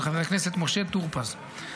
של חבר הכנסת משה טור פז.